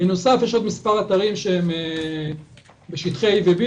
בנוסף יש עוד מספר אתרים שהם בשטחי A ו-B